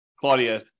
Claudia